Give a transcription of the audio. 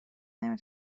نمی